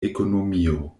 ekonomio